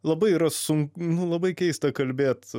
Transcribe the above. labai yra sunku labai keista kalbėt